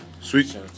Sweet